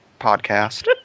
podcast